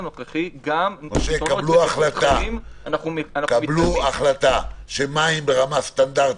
משה, קבלו החלטה לגבי מים ברמה סטנדרטית,